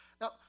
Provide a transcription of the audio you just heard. Now